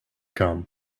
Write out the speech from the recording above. come